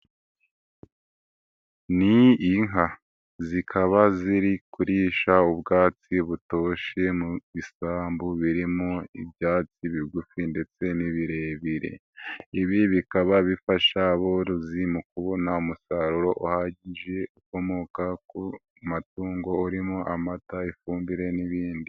Ni inka, zikaba ziri kurisha ubwatsi butoshye mu bisambu birimo ibyatsi bigufi ndetse n'ibirebire, ibi bikaba bifasha aborozi mu kubona umusaruro uhagije, ukomoka ku matungo, urimo amata, ifumbire n'ibindi.